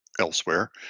elsewhere